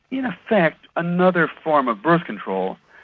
in effect, another form of birth control,